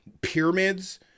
pyramids